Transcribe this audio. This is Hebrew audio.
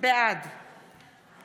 בעד נא